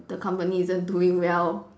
the company isn't doing well